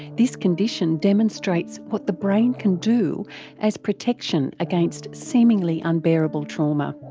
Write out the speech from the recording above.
this condition demonstrates what the brain can do as protection against seemingly unbearable trauma.